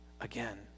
again